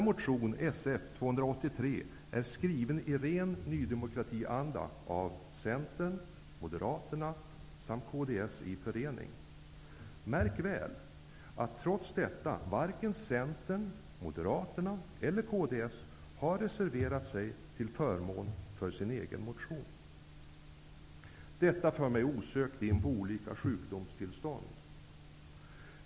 Motion Sf283 är skriven i ren Ny demokrati-anda av Centern, Moderaterna och kds i förening. Märk väl: trots detta har varken Centern, Moderaterna eller kds reserverat sig till förmån för sin egen motion. Detta för mig osökt in på olika sjukdomstillstånd.